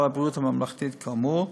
סל הבריאות הממלכתי כאמור.